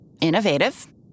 Innovative